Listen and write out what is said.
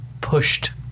pushed